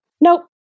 nope